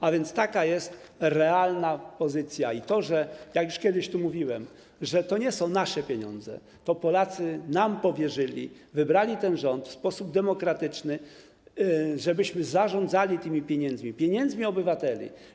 A więc taka jest realna pozycja i to, że - jak już kiedyś tu mówiłem - to nie są nasze pieniądze, to Polacy nam powierzyli, wybrali ten rząd w sposób demokratyczny, żebyśmy zarządzali tymi pieniędzmi, pieniędzmi obywateli.